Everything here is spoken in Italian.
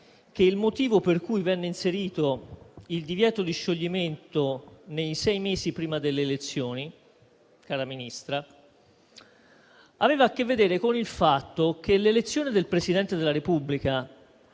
che il motivo per cui venne inserito il divieto di scioglimento nei sei mesi prima delle elezioni - cara Ministra - aveva a che vedere con il fatto che l'elezione del Presidente della Repubblica,